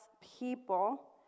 people